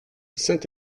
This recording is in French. saint